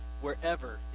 wherever